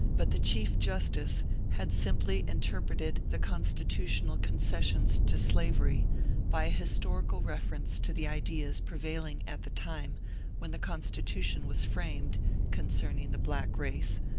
but the chief justice had simply interpreted the constitutional concessions to slavery by a historical reference to the ideas prevailing at the time when the constitution was framed concerning the black race,